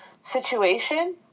situation